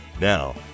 Now